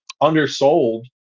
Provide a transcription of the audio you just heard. undersold